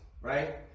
right